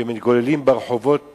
שמתגוללים ברחובות